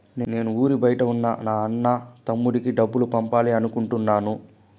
నేను ఊరి బయట ఉన్న నా అన్న, తమ్ముడికి డబ్బులు పంపాలి అనుకుంటున్నాను